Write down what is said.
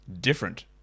different